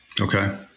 Okay